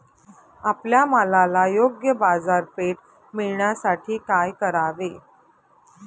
आपल्या मालाला योग्य बाजारपेठ मिळण्यासाठी काय करावे?